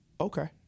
Okay